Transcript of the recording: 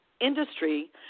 industry